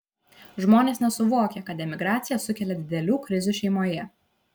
žmonės nesuvokia kad emigracija sukelia didelių krizių šeimoje